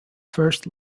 first